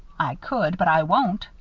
i could, but i won't,